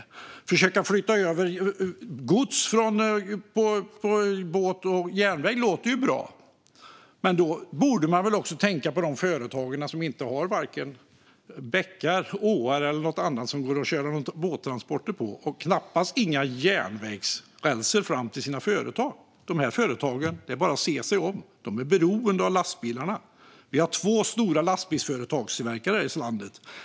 Och att försöka flytta över gods till båt och järnväg låter ju bra, men då borde man väl också tänka på de företag som varken har bäckar, åar eller något annat som det går att köra båttransporter på och knappast heller någon järnvägsräls fram till lokalerna. Det är bara att se sig om - de här företagen är beroende av lastbilarna. Vi har två stora lastbilstillverkare i det här landet.